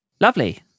Lovely